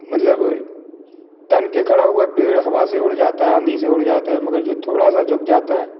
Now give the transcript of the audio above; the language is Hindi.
मतलब तन के खड़ा हुआ पेड़ हवा से उड़ जाता है आंधी से उड़ जाता है मगर जो थोड़ा सा झुक जाता है